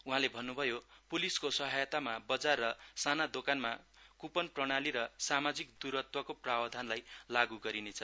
उहाँले भन्नुभयो पुलिसको सहायतामा बजार र साना दोकानमा कुपन प्रणाली र सामाजिक दुरत्वको प्रावधानलाई लागू गरिनेछ